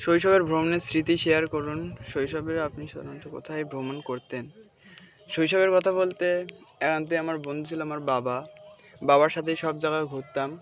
শৈশবের ভ্রমণের স্মৃতি শেয়ার করুন শৈশবের আপনি সাধারণত কোথায় ভ্রমণ করতেন শৈশবের কথা বলতে এতে আমার বন্ধু ছিলো আমার বাবা বাবার সাথেই সব জাগায় ঘুরতাম